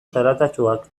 zaratatsuak